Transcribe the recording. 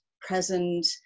present